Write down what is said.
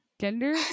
gender